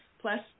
plus